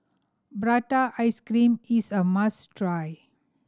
prata ice cream is a must try